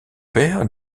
père